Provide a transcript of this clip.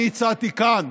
אני הצעתי כאן